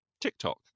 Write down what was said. TikTok